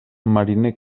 mariner